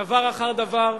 דבר אחר דבר,